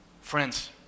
friends